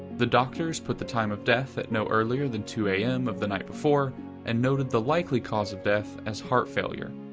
the doctors put the time of death at no earlier than two a m. of the night before and noted the likely cause of death as heart failure,